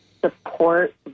support